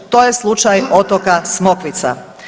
To je slučaj otoka Smokvica.